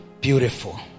Beautiful